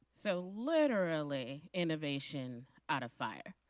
so literally innovation out of fire.